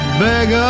beg